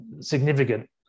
significant